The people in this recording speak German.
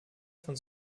von